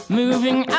moving